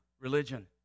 Religion